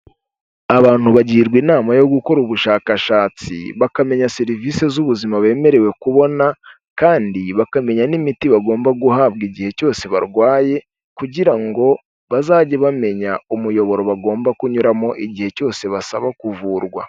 Abantu bagirwa inama yo gukora ubushakashatsi, bakamenya serivisi z'ubuzima bemerewe kubona, kandi bakamenya n'imiti bagomba guhabwa igihe cyose barwaye, kugira ngo bazajye bamenya umuyoboro bagomba kunyuramo igihe cyose basaba kuvurwa.